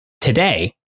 today